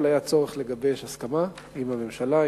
אבל היה צורך לגבש הסכמה עם הממשלה,